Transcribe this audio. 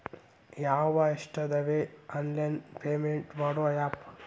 ಯವ್ವಾ ಎಷ್ಟಾದವೇ online payment ಮಾಡೋ ಆಪ್